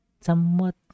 somewhat